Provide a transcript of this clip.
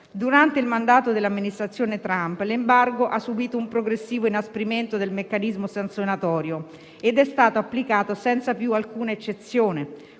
Durante il mandato dell'Amministrazione Trump, l'embargo ha subito un progressivo inasprimento del meccanismo sanzionatorio ed è stato applicato senza più alcuna eccezione,